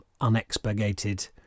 Unexpurgated